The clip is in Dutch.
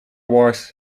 wars